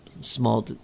small